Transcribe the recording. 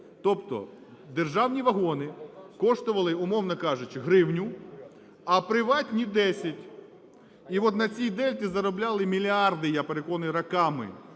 Тобто державні вагони коштували, умовно кажучи, гривню, а приватні – 10. І от на цій дельті заробляли мільярди, я переконаний, роками.